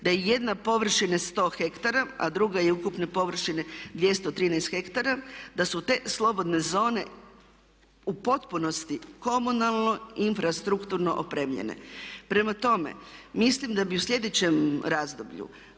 da je jedna površina 100 ha, a druga je ukupne površine 213 ha, da su te slobodne zone u potpunosti komunalno i infrastrukturno opremljene. Prema tome, mislim da bi u sljedećem razdoblju